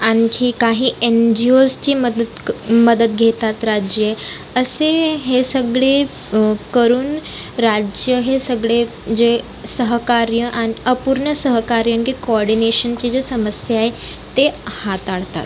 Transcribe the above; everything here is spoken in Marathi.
आणखी काही एन जी ओजची मदत मदत घेतात राज्ये असे हे सगळे करून राज्य हे सगळे जे सहकार्य आ अपूर्ण सहकार्य कारण की कोऑर्डीनेशनची जी समस्या आहे ते हाताळतात